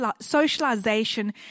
socialization